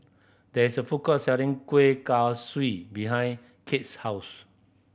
there is a food court selling Kueh Kaswi behind Kate's house